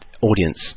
audience